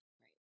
Right